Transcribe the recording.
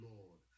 Lord